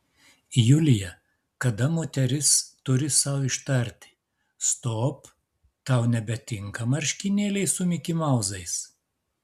julija kada moteris turi sau ištarti stop tau nebetinka marškinėliai su mikimauzais